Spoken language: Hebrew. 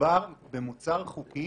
מדובר במוצר חוקי